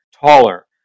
taller